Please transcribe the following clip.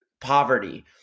poverty